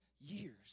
years